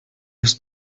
ist